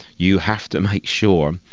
you have to make sure,